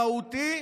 המהותי,